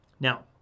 Now